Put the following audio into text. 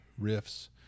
Riffs